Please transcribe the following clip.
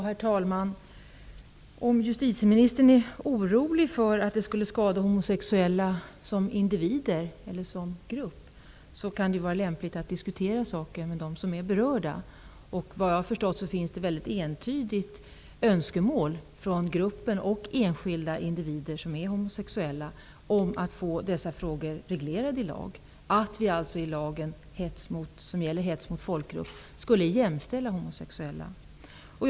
Herr talman! Om justitieministern är orolig för att det skulle skada de homosexuella som individer eller som grupp kan det vara lämpligt att diskutera saken med dem som är berörda. Såvitt jag har förstått finns det ett entydigt önskemål från gruppen och från enskilda individer som är homosexuella att få dessa frågor reglerade i lag, att vi i lagen som gäller hets mot folkgrupp skulle jämställa homosexuella med de andra grupperna.